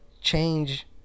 change